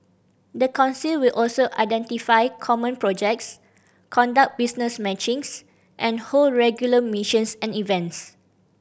the council will also identify common projects conduct business matchings and hold regular missions and events